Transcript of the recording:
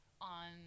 on